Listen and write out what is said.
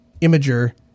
imager